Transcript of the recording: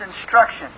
instruction